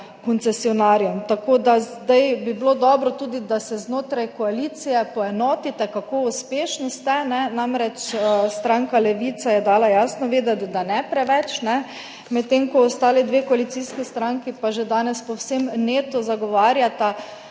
koncesionarjem. Tako da zdaj bi bilo dobro tudi, da se znotraj koalicije poenotite, kako uspešni ste. Namreč, stranka Levica je dala jasno vedeti, da ne preveč, medtem ko ostali dve koalicijski stranki pa že danes povsem neto zagovarjata